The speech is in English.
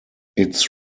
its